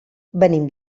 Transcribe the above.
venim